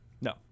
No